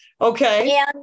Okay